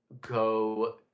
go